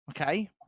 Okay